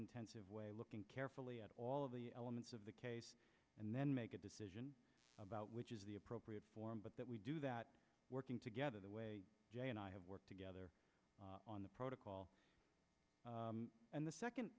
intensive way looking carefully at all of the elements of the case and then make a decision about which is the appropriate forum but that we do that working together the way i have worked together on the protocol and the